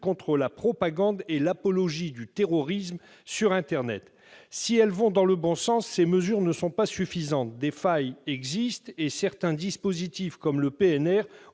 contre la propagande et l'apologie du terrorisme sur internet. Si elles vont dans le bon sens, ces mesures ne sont pas suffisantes. Des failles existent et certains dispositifs, comme le PNR,